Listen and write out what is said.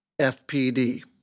FPD